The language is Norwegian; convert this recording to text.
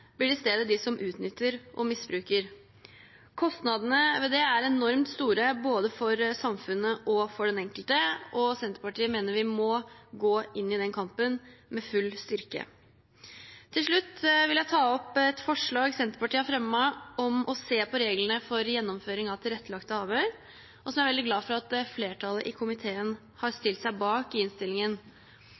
blir i stedet de som utnytter og misbruker. Kostnadene ved det er enormt store, både for samfunnet og for den enkelte, og Senterpartiet mener vi må gå inn i den kampen med full styrke. Til slutt vil jeg nevne et forslag Senterpartiet har vært med på å fremme, om å se på reglene for gjennomføring av tilrettelagte avhør, og som jeg er veldig glad for at flertallet i komiteen har stilt seg bak i innstillingen.